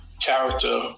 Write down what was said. character